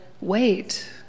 wait